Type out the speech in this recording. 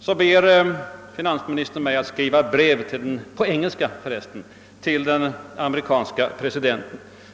Så ber finansministern mig att skriva brev — på engelska för resten — till den amerikanske presidenten.